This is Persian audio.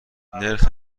نرخ